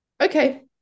Okay